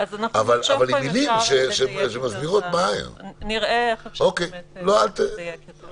אבל עם מילים שמסבירות --- נראה איך אפשר לדייק את זה.